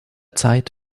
zeit